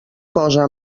cosa